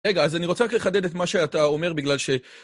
רגע, אז אני רוצה רק לחדד את מה שאתה אומר בגלל ש...